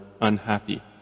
unhappy